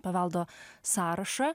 paveldo sąrašą